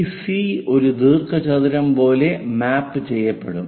ഈ സി ഒരു ദീർഘചതുരം പോലെ മാപ്പു ചെയ്യപ്പെടും